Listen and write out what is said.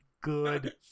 good